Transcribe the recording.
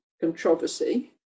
controversy